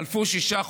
חלפו שישה חודשים,